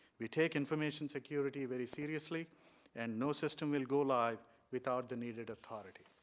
you take information security very seriously and no system will go live without the needed authority.